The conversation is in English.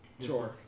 Sure